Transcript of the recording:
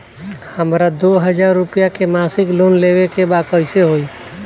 हमरा दो हज़ार रुपया के मासिक लोन लेवे के बा कइसे होई?